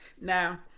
Now